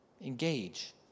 engage